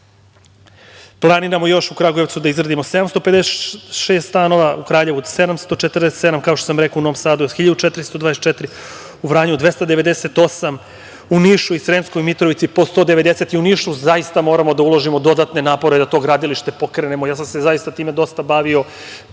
stanova. Planiramo još u Kragujevcu da izgradimo 756 stanova, u Kraljevu 747, kao što sam rekao u Novom Sadu 1.424, u Vranju 298, u Nišu i Sremskoj Mitrovici po 190, i u Nišu zaista moramo da uložimo dodatne napore da to gradilište pokrenemo. Ja sam se zaista time dosta bavio.